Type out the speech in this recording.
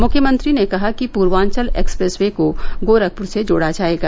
मुख्यमंत्री ने कहा कि पूर्वान्चल एक्सप्रेस वे को गोरखपुर से जोड़ा जायेगा